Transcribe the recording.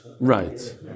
right